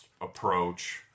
approach